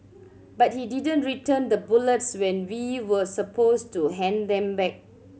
but he didn't return the bullets when we were supposed to hand them back